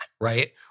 right